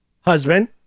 husband